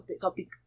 topic